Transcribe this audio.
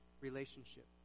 relationship